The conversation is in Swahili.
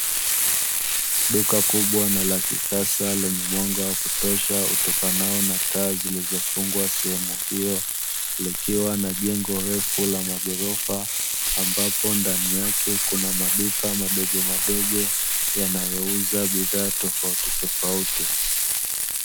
Duka kubwa na la kisasa lenye mwanga wa kutosha utokanao na taa zikizofungwa sehemu hiyo, likiwa na jengo refu la maghorofa ambapo ndani yake kuna maduka madogomadogo yanayouza bidhaa tofautitofauti.